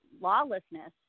lawlessness